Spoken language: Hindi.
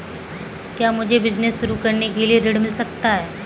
क्या मुझे बिजनेस शुरू करने के लिए ऋण मिल सकता है?